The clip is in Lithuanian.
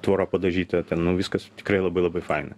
tvora padažyta ten nu viskas tikrai labai labai faina